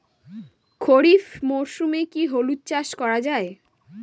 খরিফ মরশুমে কি হলুদ চাস করা য়ায়?